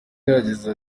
yagize